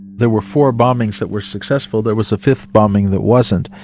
there were four bombings that were successful there was a fifth bombing that wasn't.